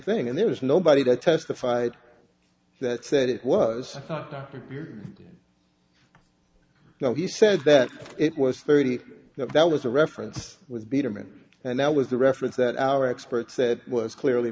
thing and there was nobody that testified that said it was now he said that it was thirty that was a reference was bitterman and that was the reference that our experts said was clearly